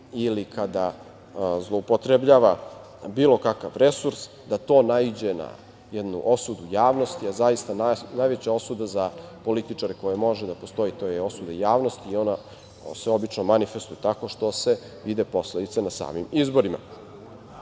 ili kada zloupotrebljava bilo kakav resurs, da to naiđe na jednu osudu javnosti, a zaista, najveća osuda za političare koja može da postoji, to je osuda javnosti i ona se obično manifestuje tako što se vide posledice na samim izborima. Moram